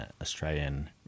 Australian